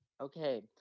Okay